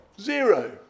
Zero